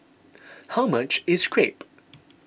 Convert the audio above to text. how much is Crepe